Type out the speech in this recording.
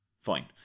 Fine